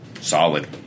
Solid